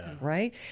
right